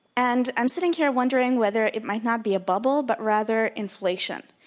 and i'm sitting here wondering whether it might not be a bubble but rather inflation.